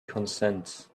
consents